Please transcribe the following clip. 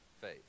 faith